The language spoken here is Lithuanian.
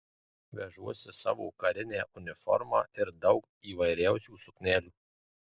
vežuosi savo karinę uniformą ir daug įvairiausių suknelių